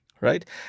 right